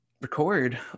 record